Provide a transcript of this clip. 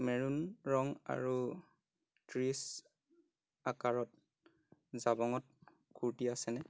maroon ৰঙ আৰু ত্ৰিচ আকাৰত জাবঙত কুৰ্তি আছেনে